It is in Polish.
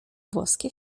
włoskie